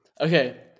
Okay